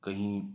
کہیں